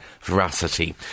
veracity